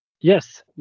Yes